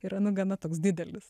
yra nu gana toks didelis